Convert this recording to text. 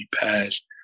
passed